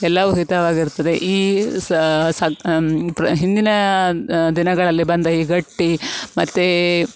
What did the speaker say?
ಎಲ್ಲವು ಹಿತವಾಗಿರುತ್ತದೆ ಈ ಸಹ ಹಿಂದಿನ ದಿನಗಳಲ್ಲಿ ಬಂದ ಈ ಗಟ್ಟಿ ಮತ್ತು